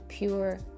Pure